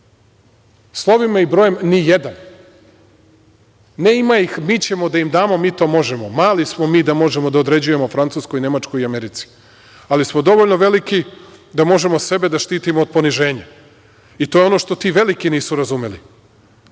Slovima i brojem – nijedan. Ne ima ih, mi ćemo da im damo, mi to možemo. Mali smo mi da možemo da određujemo Francuskoj, Nemačkoj i Americi, ali smo dovoljno veliki da možemo sebe da štitimo od poniženja i to je ono što ti veliki nisu razumeli,